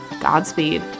Godspeed